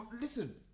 Listen